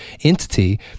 entity